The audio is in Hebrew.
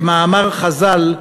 כמאמר חז"ל: